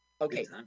Okay